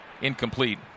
incomplete